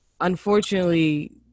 unfortunately